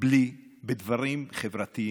בדברים חברתיים,